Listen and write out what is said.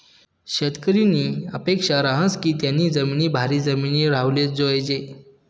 शेतकरीनी अपेक्सा रहास की त्यानी जिमीन भारी जिमीन राव्हाले जोयजे